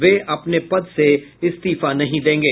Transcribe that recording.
वे अपने पद से इस्तीफा नहीं देंगे